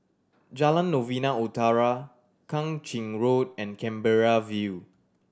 Jalan Novena Utara Kang Ching Road and Canberra View